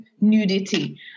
nudity